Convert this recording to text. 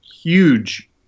huge